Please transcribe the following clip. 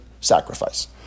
sacrifice